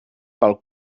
pel